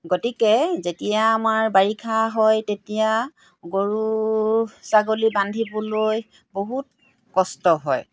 গতিকে যেতিয়া আমাৰ বাৰিষা হয় তেতিয়া গৰু ছাগলী বান্ধিবলৈ বহুত কষ্ট হয়